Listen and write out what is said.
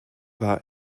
war